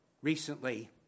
Recently